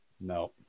No